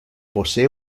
posee